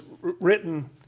written